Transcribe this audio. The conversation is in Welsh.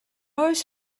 oes